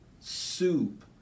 soup